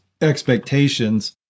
expectations